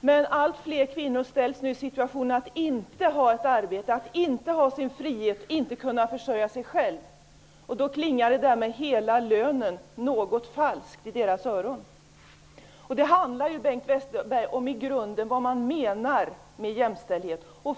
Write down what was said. men allt fler kvinnor ställs i situationen att inte ha ett arbete, inte ha sin frihet och inte kunna försörja sig själva. Då klingar talet om ''hela lönen'' något falskt i deras öron. Det handlar i grunden om vad man menar med jämställdhet, Bengt Westerberg.